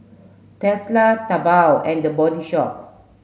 Tesla Taobao and The Body Shop